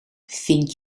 vind